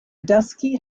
dusky